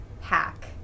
hack